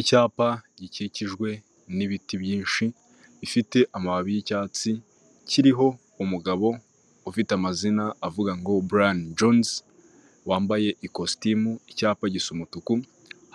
Icyapa gikikijwe n'ibiti byinshi bifite amababi y'icyatsi kiriho umugabo ufite amazina avuga ngo Brian Jones wambaye ikositimu, icyapa gisa umutuku